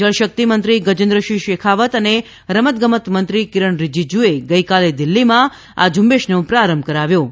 જળ શક્તિ મંત્રી ગજેન્દ્રસિંહ શેખાવત અને રમત ગમત મંત્રી કિરણ રિજિજુએ ગઈકાલે દિલ્હીમાં આ ઝુંબેશનો પ્રારંભ કરાવ્યો છે